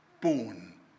born